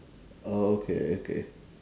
oh okay okay